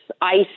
ice